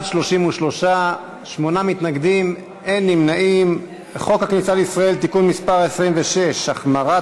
הצעת חוק הכניסה לישראל (תיקון מס' 26) (החמרת